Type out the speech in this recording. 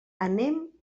anem